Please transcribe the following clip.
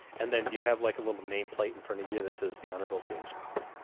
and then do you have like a little nameplate in front of you that says the honorable james powell.